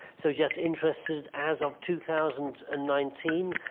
so just interested as of two thousand and nineteen,